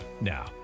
Now